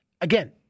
Again